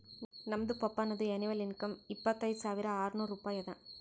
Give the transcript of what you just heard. ನಮ್ದು ಪಪ್ಪಾನದು annual income ಇಪ್ಪತೈದ್ ಸಾವಿರಾ ಆರ್ನೂರ್ ರೂಪಾಯಿ ಅದಾ